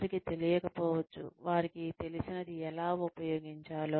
వారికి తెలియకపోవచ్చు వారికి తెలిసినది ఎలా ఉపయోగించాలో